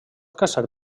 caçar